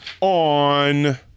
on